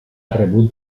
rebut